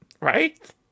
right